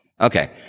Okay